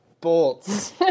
bolts